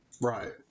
Right